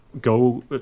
go